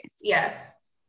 yes